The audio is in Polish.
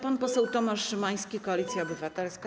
Pan poseł Tomasz Szymański, Koalicja Obywatelska.